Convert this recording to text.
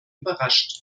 überrascht